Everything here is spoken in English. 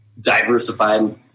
diversified